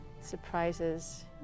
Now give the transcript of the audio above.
surprises